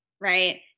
right